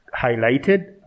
highlighted